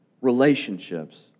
relationships